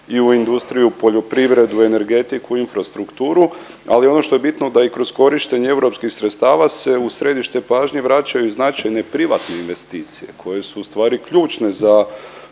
u industriju u poljoprivredu, energetiku, infrastrukturu, ali ono što je bitno, da i kroz korištenje EU sredstava se u središte pažnje vraćaju i značajne privatne investicije koje su ustvari ključne za